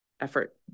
effort